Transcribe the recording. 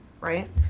Right